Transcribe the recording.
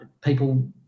people